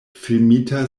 filmita